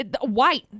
white